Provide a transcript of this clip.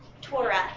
Torah